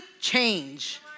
change